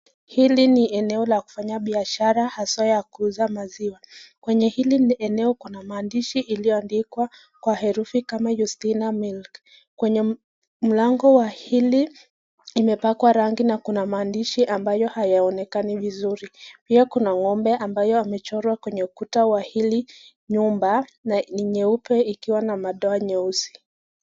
Hili ni eneo ya kufanya biashara haswa ya kuuza maziwa. Kwenye hili eneo kuna maandishi iliyoandikwa kwa herufi kama yustina milk. Kwenye mlango wa hili umepakwa rangi na kuna maandishi ambayo hayaonekani vizuri pia kuna ngombe ambaye imechorwa kwenye ukuta wa hili nyumba na ni nyeupe ikiwa na madoa nyeusi.